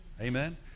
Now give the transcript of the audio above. Amen